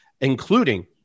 including